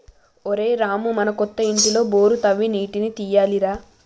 ఒరేయ్ రామూ మన కొత్త ఇంటిలో బోరు తవ్వి నీటిని తీయాలి రా